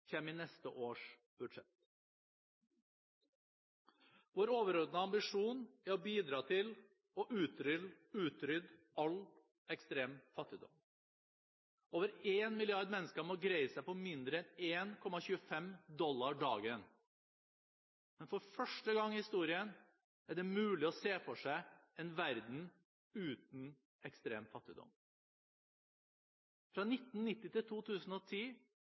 i neste års budsjett. Vår overordnede ambisjon er å bidra til å utrydde all ekstrem fattigdom. Over 1 milliard mennesker må greie seg på mindre enn 1,25 dollar dagen. Men for første gang i historien er det mulig å se for seg en verden uten ekstrem fattigdom. Fra 1990 til 2010